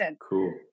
Cool